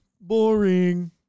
boring